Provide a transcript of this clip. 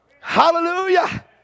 Hallelujah